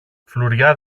φλουριά